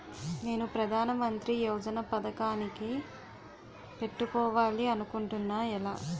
నేను ప్రధానమంత్రి యోజన పథకానికి పెట్టుకోవాలి అనుకుంటున్నా ఎలా?